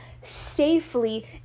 safely